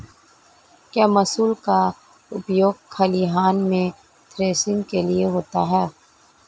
क्या मूसल का उपयोग खलिहान में थ्रेसिंग के लिए होता है?